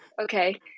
Okay